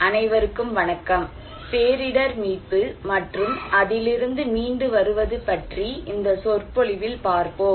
அனைவருக்கும் வணக்கம் பேரிடர் மீட்பு மற்றும் அதிலிருந்து மீண்டு வருவது பற்றி இந்த சொற்பொழிவில் பார்ப்போம்